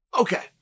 Okay